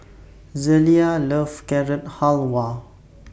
Zelia loves Carrot Halwa